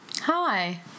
Hi